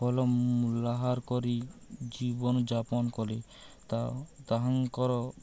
ଭଲ ମଲାହହାର କରି ଜୀବନଯାପନ କଲେ ତା ତାହାଙ୍କର